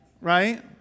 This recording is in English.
right